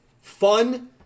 fun